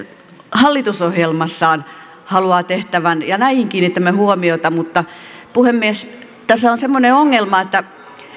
hallitusohjelmassaan haluaa tehtävän näihin kiinnitämme huomiota mutta puhemies tässä on semmoinen ongelma että